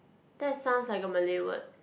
that sounds like a Malay word